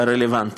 הרלוונטי.